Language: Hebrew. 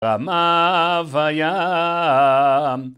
רמה בים